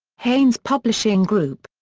haynes publishing group.